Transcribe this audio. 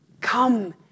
come